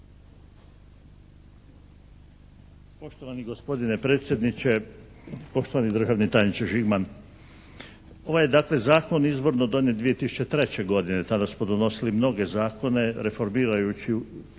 Poštovani gospodine predsjedniče, poštovani državni tajniče Žigman. Ovaj je dakle zakon izvorno donijet 2003. godine, tada smo donosili mnoge zakone reformirajući